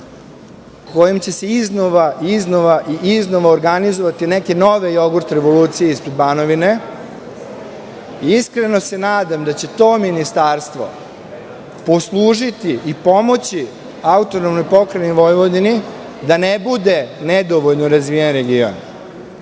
kojim će se iznova i iznova organizovati neke nove „Jogurt revolucije“ iz Banovine i iskreno se nadam da će to ministarstvo poslužiti i pomoći AP Vojvodini da ne bude nedovoljno razvijen region.